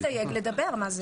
צריך למסתייגים לדבר.